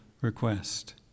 request